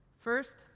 First